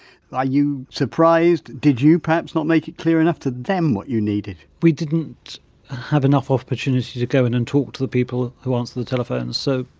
are you surprised? did you perhaps not make it clear enough to them what you needed? we didn't have enough opportunity to go in and talk to the people who answered the telephones. so,